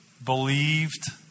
believed